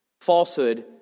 Falsehood